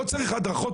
לא צריך הדרכות,